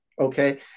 okay